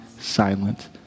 silent